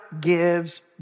gives